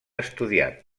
estudiat